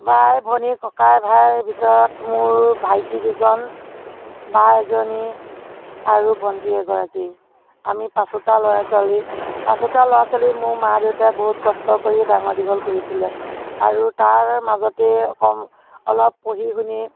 মোৰ বাই ভনী ককাই ভাইৰ ভিতৰত মোৰ ভাইটি দুজন বা এজনী আৰু ভন্টী এগৰাকী আমি পাঁচোটা ল'ৰা ছোৱালী পাঁচোটা ল'ৰা ছোৱালীক মোৰ মা দেউতাই বহুত কষ্ট কৰি ডাঙৰ দীঘল কৰিছিলে আৰু তাৰ মাজতেই অক অকণ অলপ পঢ়ি শুনি